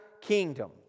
kingdom